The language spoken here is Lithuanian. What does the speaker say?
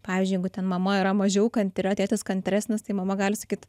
pavyzdžiui jeigu ten mama yra mažiau kantri o tėtis kantresnis tai mama gali sakyt